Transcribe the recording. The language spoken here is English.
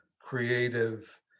creative